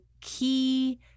key